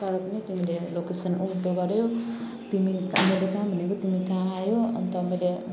तर पनि तिमीले लोकेसन उल्टो गर्यौ तिमी मैले कहाँ भनेको तिमी कहाँ आयौ अन्त मैले